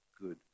good